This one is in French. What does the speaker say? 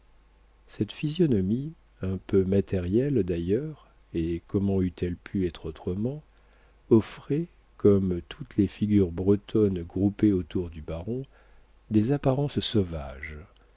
cette physionomie un peu matérielle d'ailleurs et comment eût-elle pu être autrement offrait comme toutes les figures bretonnes groupées autour du baron des apparences sauvages